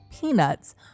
Peanuts